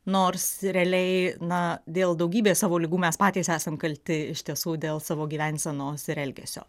nors realiai na dėl daugybės savo ligų mes patys esam kalti iš tiesų dėl savo gyvensenos ir elgesio